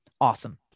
awesome